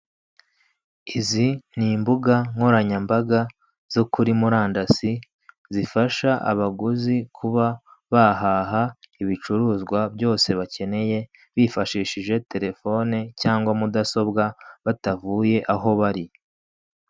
Izi ni imbuga nkoranyambaga zo kuri murandasi, zifasha abaguzi kuba bahaha ibicuruzwa byose bakeneye bifashishije terefone cyangwa mudasobwa batavuye aho bari.